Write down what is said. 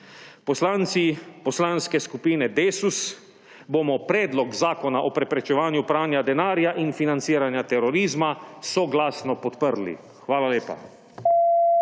Poslanci Poslanske skupine Desus bomo predlog Zakona o preprečevanju pranja denarja in financiranja terorizma soglasno podprli. Hvala lepa.